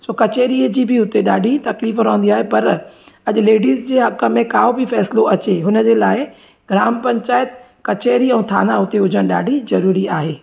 छो कचहरीअ जी बि उते ॾाढी तकलीफ़ु रहंदी आहे पर अॼु लेडिज़ जे कम में को बि फ़ैसलो अचे हुन जे लाइ ग्राम पंचायत कचहरी ऐं थाना उते हुजणु ॾाढी ज़रूरी आहे